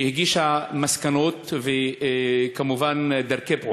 שהגישה מסקנות וכמובן דרכי פעולה,